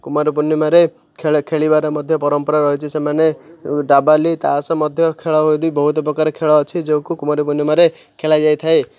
କୁମାର ପୂର୍ଣ୍ଣିମାରେ ଖେଳ ଖେଳିବାରେ ମଧ୍ୟ ପରମ୍ପରା ରହିଛି ସେମାନେ ଡାବାଲି ତାସ୍ ମଧ୍ୟ ଖେଳ କରି ବହୁତ ପ୍ରକାର ଖେଳ ଅଛି ଯାହାକୁ କୁମାର ପୂର୍ଣ୍ଣିମାରେ ଖେଳାଯାଇଥାଏ